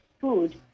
food